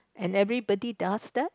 and everybody does that